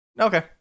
Okay